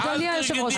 אדוני היושב ראש,